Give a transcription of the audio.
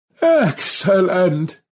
Excellent